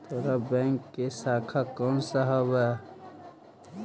तोहार बैंक की शाखा कौन सा हवअ